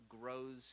grows